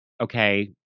okay